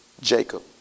Jacob